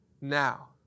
now